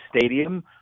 stadium